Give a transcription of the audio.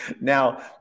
Now